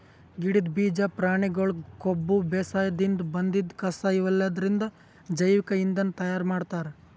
ಗಿಡದ್ ಬೀಜಾ ಪ್ರಾಣಿಗೊಳ್ ಕೊಬ್ಬ ಬೇಸಾಯದಿನ್ದ್ ಬಂದಿದ್ ಕಸಾ ಇವೆಲ್ಲದ್ರಿಂದ್ ಜೈವಿಕ್ ಇಂಧನ್ ತಯಾರ್ ಮಾಡ್ತಾರ್